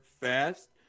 fast